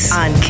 on